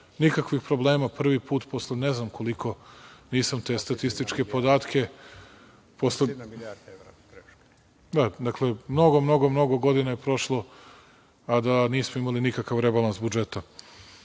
nikakvih problema prvi put posle ne znam koliko nisam te statističke podatke. Dakle, mnogo, mnogo godina je prošlo, a da nismo imali nikakav rebalans budžeta. Takođe,